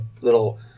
little